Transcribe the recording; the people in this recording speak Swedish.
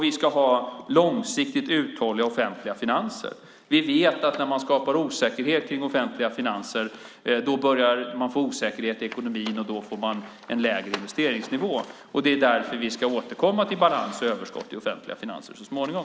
Vi ska ha långsiktigt uthålliga offentliga finanser. Vi vet att när man skapar osäkerhet kring offentliga finanser börjar man få osäkerhet i ekonomin, och då får man en lägre investeringsnivå. Det är därför vi ska återkomma till balans och överskott i de offentliga finanserna så småningom.